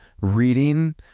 reading